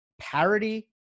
parity